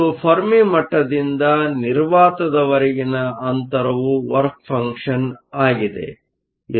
ಮತ್ತು ಫೆರ್ಮಿ ಮಟ್ಟದಿಂದ ನಿರ್ವಾತದವರೆಗಿನ ಅಂತರವು ವರ್ಕ ಫಂಕ್ಷನ್ ಆಗಿದೆ